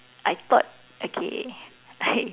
I thought okay I